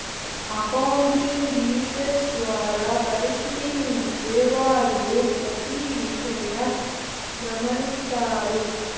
accounting research ద్వారా పరిశీలించే వాళ్ళు ప్రతి విషయం గమనిత్తారు